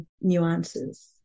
nuances